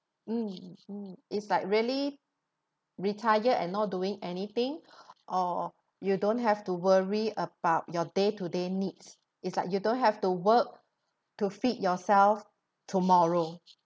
it's like really retire and not doing anything or you don't have to worry about your day to day needs it's like you don't have to work to feed yourself tomorrow